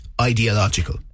ideological